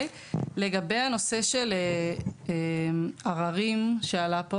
לגבי הנושא של עררים, שעלה פה